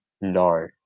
no